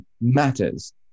matters